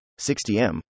60M